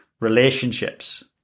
relationships